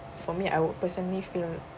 for me I would personally feel